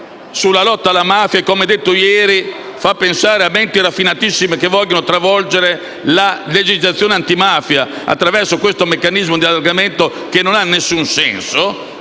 sulla lotta alla mafia (come detto ieri), fa pensare a menti raffinatissime che vogliono travolgere la legislazione antimafia attraverso un meccanismo di allargamento che non ha alcun senso.